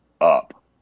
up